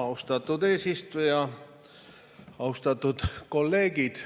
Austatud eesistuja! Austatud kolleegid!